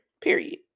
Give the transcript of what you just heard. period